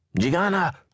Jigana